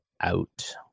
out